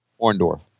Orndorff